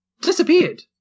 disappeared